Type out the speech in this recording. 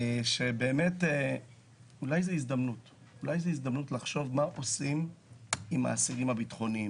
באמת אולי זאת הזדמנות לחשוב מה עושים עם האסירים הביטחוניים.